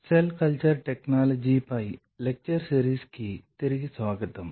cell culture టెక్నాలజీపై lecture సిరీస్కి తిరిగి స్వాగతం